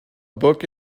book